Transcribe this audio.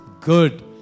good